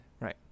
Right